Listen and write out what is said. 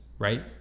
Right